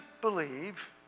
believe